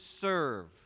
serve